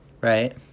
right